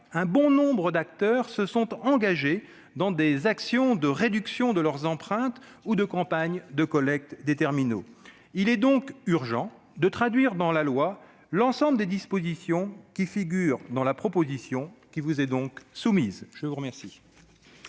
un bon nombre d'acteurs se sont engagés dans des actions de réduction de leur empreinte ou des campagnes de collecte de terminaux. Il est donc urgent de traduire dans la loi l'ensemble des dispositions qui figurent dans la proposition de loi qui vous est soumise. La parole